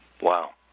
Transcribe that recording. Wow